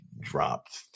dropped